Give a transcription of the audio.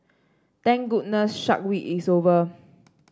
thank goodness Shark Week is over